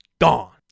Gone